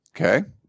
Okay